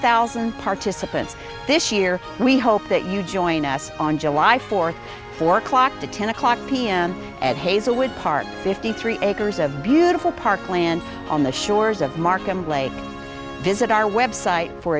thousand participants this year we hope that you join us on july fourth four o'clock to ten o'clock pm at hazelwood park fifty three acres of beautiful parkland on the shores of markham visit our website for